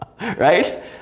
Right